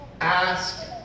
ask